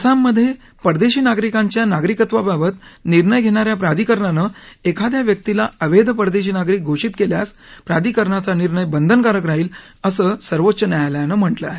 आसाममधे परदेशी नागरिकांच्या नागरीकत्वाबाबत निर्णय घेणा या प्राधिकरणानं एखाद्या व्यक्तीला अवैध परदेशी नागरिक घोषित केल्यास प्राधिकरणाचा निर्णय बंधनकारक राहील असं सर्वोच्च न्यायालयानं म्हटलं आहे